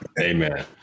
Amen